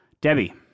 Debbie